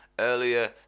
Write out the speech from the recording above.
earlier